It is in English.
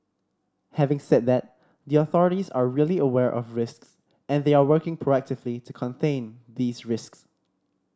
having said that the authorities are really aware of risks and they are working proactively to contain these risks